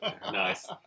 Nice